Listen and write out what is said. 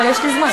אבל יש לי זמן.